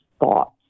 thoughts